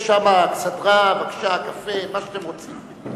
יש שם אכסדרה, בבקשה, קפה, מה שאתם רוצים.